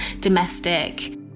domestic